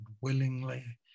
willingly